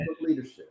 Leadership